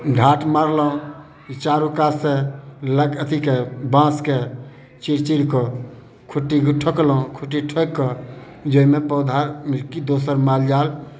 ढाठ मारलहुँ ई चारू कातसँ लक अथीके बाँसके चीर चीर कऽ खुट्टी कऽ ठोकलहुँ खुट्टी ठोकिकऽ जाहिमे कि पौधा कि दोसर मालजाल